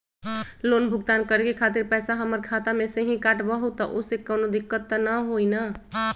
Loan भुगतान करे के खातिर पैसा हमर खाता में से ही काटबहु त ओसे कौनो दिक्कत त न होई न?